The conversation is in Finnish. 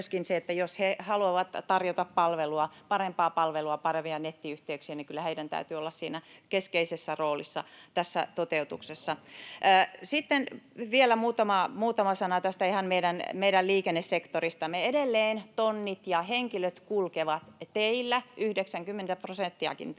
jos VR haluaa tarjota parempaa palvelua, parempia nettiyhteyksiä, niin kyllä heidän täytyy olla keskeisessä roolissa tässä toteutuksessa. Sitten vielä muutama sana ihan tästä meidän liikennesektorista. Edelleen tonnit ja henkilöt kulkevat teillä, 90 prosenttia tälläkin